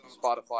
Spotify